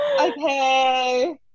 Okay